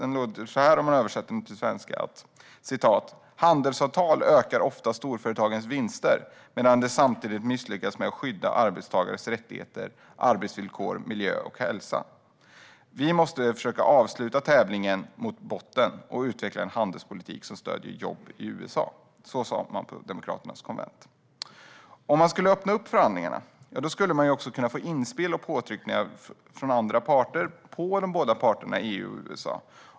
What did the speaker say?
Den säger så här, om man översätter den till svenska: Handelsavtal ökar ofta storföretagens vinster medan de samtidigt misslyckas med att skydda arbetstagares rättigheter, arbetsvillkor, miljö och hälsa. Vi måste försöka avsluta tävlingen mot botten och utveckla en handelspolitik som stöder jobb i USA. Så sa man på demokraternas konvent. Om man skulle öppna förhandlingarna skulle man också kunna få inspel och påtryckningar från andra parter på de båda parterna EU och USA.